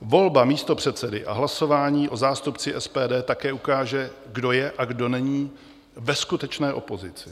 Volba místopředsedy a hlasování o zástupci SPD také ukáže, kdo je a kdo není ve skutečné opozici.